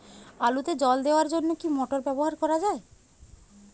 আলুতে জল দেওয়ার জন্য কি মোটর ব্যবহার করা যায়?